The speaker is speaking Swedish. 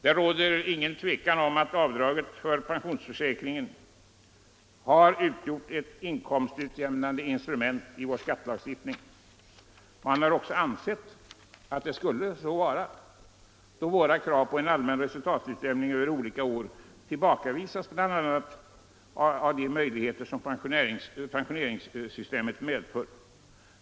Det råder inget tvivel om att avdraget för pensionsförsäkringen har utgjort ett inkomstutjämnande instrument i vår skattelagstiftning. Man har också ansett att det så skulle vara, då våra krav på en allmän resultatutjämning över olika år tillbakavisats med bl.a. de möjligheter som pensioneringssystemet medför.